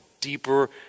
deeper